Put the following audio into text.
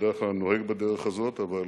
בדרך כלל אני נוהג בדרך הזאת, אבל